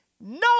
no